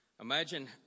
Imagine